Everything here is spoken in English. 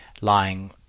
lying